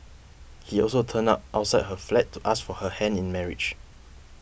he also turned up outside her flat to ask for her hand in marriage